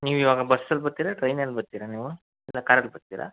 ನೀವು ಇವಾಗ ಬಸ್ಸಲ್ಲಿ ಬರ್ತೀರಾ ಟ್ರೇನಲ್ಲಿ ಬರ್ತೀರಾ ನೀವು ಇಲ್ಲ ಕಾರಲ್ಲಿ ಬರ್ತೀರಾ